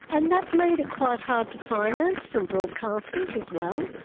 and that made it quite hard to finance from broadcasters as well.